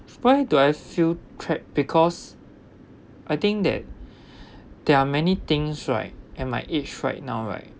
why do I feel trapped because I think that there are many things right and my age right now right